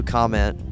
comment